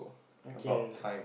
okay